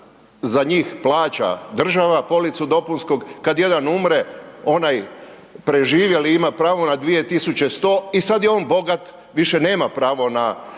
za njih plaća država policu dopunskog. Kad jedan umre, onaj preživjeli ima pravo na 2100 i sad je on bogat, više nema pravo na